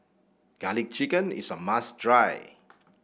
garlic chicken is a must dry